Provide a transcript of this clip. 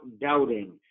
doubting